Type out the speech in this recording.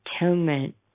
Atonement